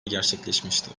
gerçekleşmişti